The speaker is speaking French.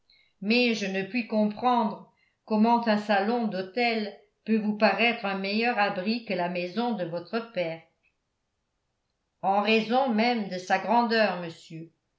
mais je ne puis comprendre comment un salon d'hôtel peut vous paraître un meilleur abri que la maison de votre père en raison même de sa grandeur monsieur